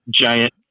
giant